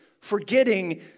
forgetting